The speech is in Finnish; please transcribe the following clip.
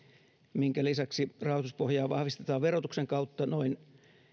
minkä lisäksi rahoituspohjaa vahvistetaan verotuksen kautta noin